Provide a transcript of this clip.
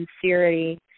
sincerity